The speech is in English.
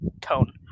tone